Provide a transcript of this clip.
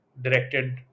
directed